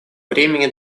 времени